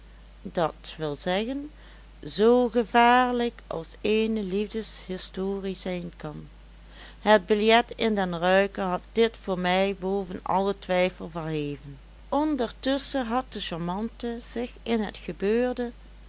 dat wil zeggen zoo gevaarlijk als eene liefdeshistorie zijn kan het biljet in den ruiker had dit voor mij boven allen twijfel verheven ondertusschen had de charmante zich in het gebeurde